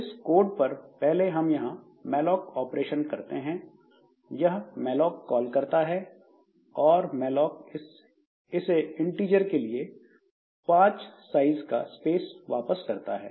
इस कोड पर पहले हम यहां मैलोक ऑपरेशन करते हैं यह मैलोक़ कॉल करता है और मैलोक़ इसे इन्टिजर के लिए 5 साइज का स्पेस वापस करता है